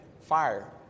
fire